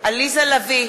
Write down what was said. עליזה לביא,